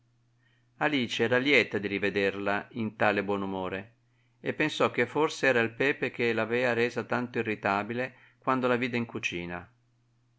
alice era lieta di rivederla in tale buon umore e pensò che forse era il pepe che l'avea resa tanto irritabile quando la vide in cucina